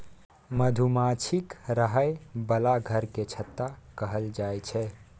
मधुमाछीक रहय बला घर केँ छत्ता कहल जाई छै